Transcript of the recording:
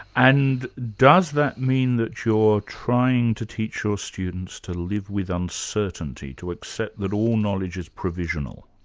and does that mean that you're trying to teach your students to live with uncertainty, to accept that all knowledge is provisional?